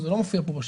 זה לא מופיע פה בשקף.